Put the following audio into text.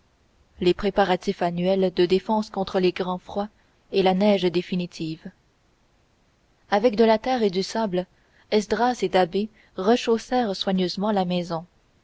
les préparatifs annuels de défense contre les grands froids et la neige définitive avec de la terre et du sable esdras et da'bé renchaussèrent soigneusement la maison